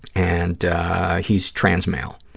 and he's trans male.